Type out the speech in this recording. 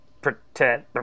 Pretend